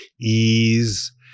ease